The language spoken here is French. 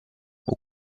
aux